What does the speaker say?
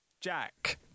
Jack